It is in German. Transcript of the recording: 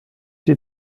die